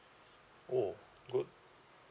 oh good